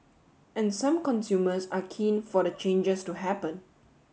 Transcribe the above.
and some consumers are keen for the changes to happen